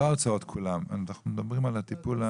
לא כל ההוצאות אלא אנחנו מדברים על טיפול.